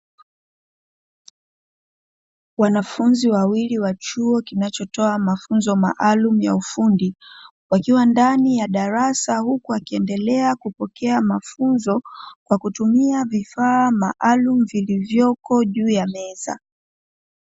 Wanafunzi wa wiwili wa chuo kinachotoa mafunzo maalumu ya ufundi wakiwa ndani ya darasa huku akiendelea kupokea mafunzo kwa kutumia vifaa maalumu vilivyoko juu ya meza.